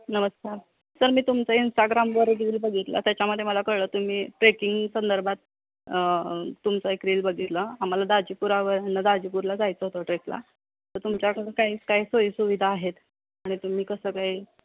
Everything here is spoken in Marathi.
नमस्कार सर मी तुमचं इंस्टाग्रामवर रील बघितलं त्याच्यामध्ये मला कळलं तुम्ही ट्रेकिंग संदर्भात तुमचा एक रील बघितला आम्हाला दाजीपुरावरून दाजीपूरला जायचं होतं ट्रेकला तर तुमच्याकडं काहीच काही सोयीसुविधा आहेत आणि तुम्ही कसं काही